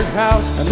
house